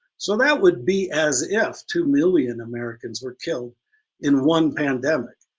so that would be as if two million americans were killed in one pandemic.